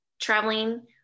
traveling